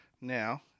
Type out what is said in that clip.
Now